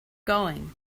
going